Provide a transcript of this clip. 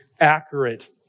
accurate